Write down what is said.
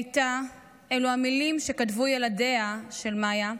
הייתה הוא המילים שכתבו ילדיה של מיה,